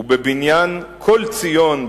ובבניין כל ציון,